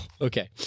Okay